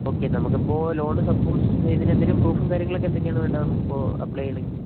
okay നമുക്കിപ്പോൾ loan suppose ഇതിനെന്തെങ്കിലും പ്രൂഫും കാര്യങ്ങളുമൊക്കെ എന്തൊക്കെയാണ് വേണ്ടത് നമുക്കിപ്പോൾ അപ്ലൈ ചെയ്യണെമെങ്കിൽ